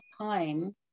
time